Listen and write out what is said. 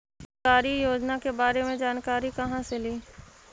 सरकारी योजना के बारे मे जानकारी कहा से ली?